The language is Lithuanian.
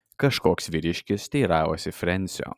kažkoks vyriškis teiravosi frensio